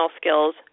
skills